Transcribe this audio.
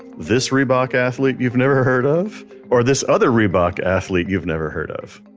this reebok athlete you've never heard of or this other reebok athlete you've never heard of?